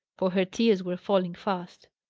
for her tears were falling fast.